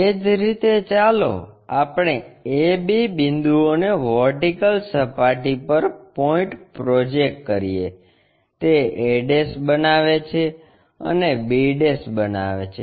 એ જ રીતે ચાલો આપણે A B બિંદુઓને વર્ટીકલ સપાટી પર પોઇન્ટ પ્રોજેક્ટ કરીએ તે a બનાવે છે અને b બનાવે છે